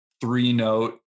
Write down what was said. three-note